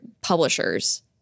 publishers